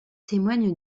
témoignent